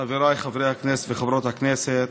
חבריי חברי הכנסת וחברות הכנסת,